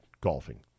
golfing